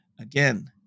Again